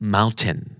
Mountain